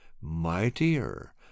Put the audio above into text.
mightier